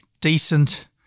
decent